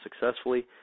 successfully